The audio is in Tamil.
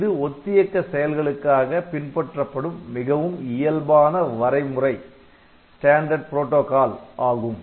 இது ஒத்தியக்க செயல்களுக்காக பின்பற்றப்படும் மிகவும் இயல்பான வரைமுறை Standard protocol செந்தர வரைமுறை ஆகும்